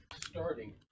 starting